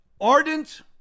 ardent